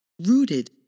rooted